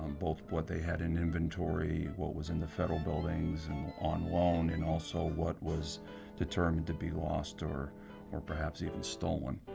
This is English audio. both what they had in inventory, what was in the federal buildings and on loan, and also what was determined to be lost or or perhaps even stolen.